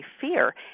fear